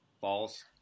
False